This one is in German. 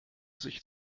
sich